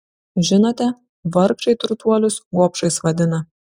žinote vargšai turtuolius gobšais vadina